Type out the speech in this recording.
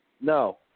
No